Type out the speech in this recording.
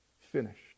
finished